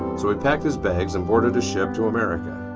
so he packed his bags and boarded a ship to america.